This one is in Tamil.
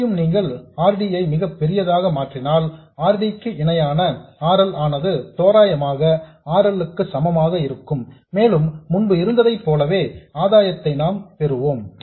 இங்கேயும் நீங்கள் R D ஐ மிக பெரியதாக மாற்றினால் R D க்கு இணையான R L ஆனது தோராயமாக R L க்கு சமமாக இருக்கும் மேலும் முன்பு இருந்ததைப் போலவே ஆதாயத்தை நாம் பெறுவோம்